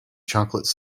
chocolate